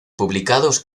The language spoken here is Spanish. publicados